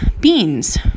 beans